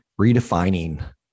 redefining